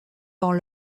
dans